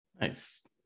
Nice